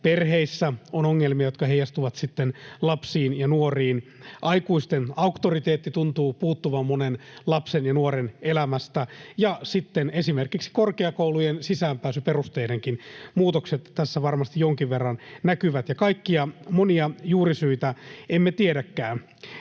Perheissä on ongelmia, jotka heijastuvat sitten lapsiin ja nuoriin. Aikuisten auktoriteetti tuntuu puuttuvan monen lapsen ja nuoren elämästä, ja sitten esimerkiksi korkeakoulujen sisäänpääsyperusteidenkin muutokset tässä varmasti jonkin verran näkyvät, ja kaikkia monia juurisyitä emme tiedäkään.